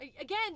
Again